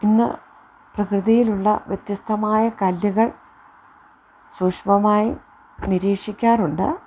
ഇന്ന് പ്രകൃതിയിലുള്ള വ്യത്യസ്തമായ കല്ലുകൾ സൂക്ഷമമായി നിരീക്ഷിക്കാറുണ്ട്